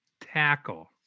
tackle